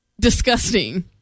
disgusting